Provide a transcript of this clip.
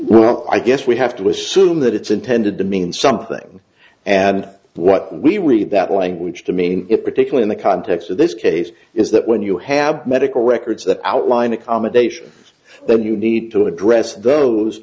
well i guess we have to assume that it's intended to mean something and what we read that language to mean it particularly in the context of this case is that when you have medical records that outline accommodation then you need to address those